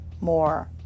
more